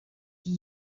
die